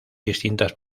distintas